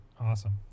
Awesome